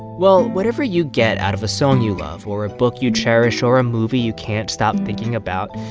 well, whatever you get out of a song you love or a book you cherish or a movie you can't stop thinking about,